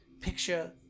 picture